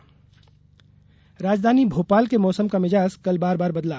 मौसम राजधानी भोपाल के मौसम का मिजाज कल बार बार बदला